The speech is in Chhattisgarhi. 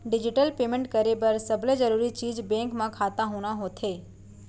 डिजिटल पेमेंट करे बर सबले जरूरी चीज बेंक म खाता होना होथे